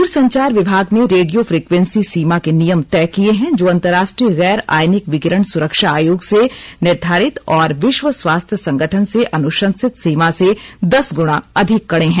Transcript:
दूरसंचार विभाग ने रेडियो फ्रीक्वेंसी सीमा के नियम तय किये हैं जो अंतरराष्ट्रीय गैर आयनिक विकिरण सुरक्षा आयोग से निर्धारित और विश्व स्वास्थ्य संगठन से अनुशंसित सीमा से दस गुणा अधिक कड़े हैं